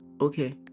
okay